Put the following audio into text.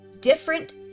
different